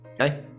Okay